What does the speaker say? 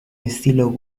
estilo